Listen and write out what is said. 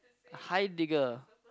Heidegger